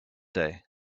day